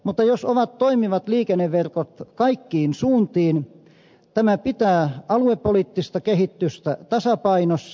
mutta jos ovat toimivat liikenneverkot kaikkiin suuntiin tämä pitää aluepoliittista kehitystä tasapainossa